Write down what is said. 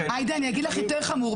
עאידה, אני אגיד לך יותר חמור.